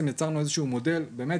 ובעצם בכך יצרנו איזה שהוא מודל שהוא באמת